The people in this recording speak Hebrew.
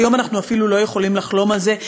היום אנחנו אפילו לא יכולים לחלום על זה,